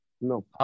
no